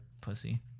pussy